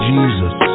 Jesus